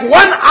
one